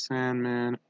Sandman